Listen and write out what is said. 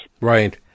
Right